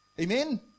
Amen